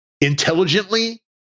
intelligently